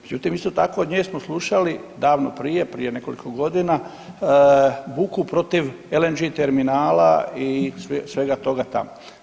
Međutim, isto tako od nje smo slušali davno prije, prije nekoliko godina buku protiv LNG terminala i svega toga tamo.